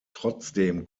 trotzdem